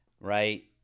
Right